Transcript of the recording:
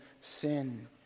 sin